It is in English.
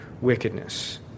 wickedness